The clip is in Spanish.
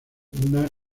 una